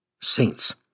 Saints